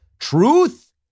truth